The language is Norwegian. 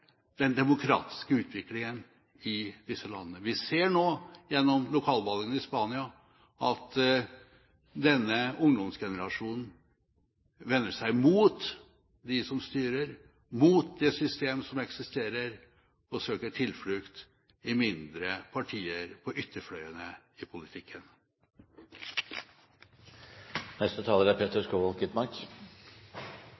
den demokratiske utviklingen i disse landene. Vi ser nå gjennom lokalvalgene i Spania at denne ungdomsgenerasjonen vender seg mot de som styrer, mot det system som eksisterer, og søker tilflukt i mindre partier på ytterfløyene i politikken. Det som er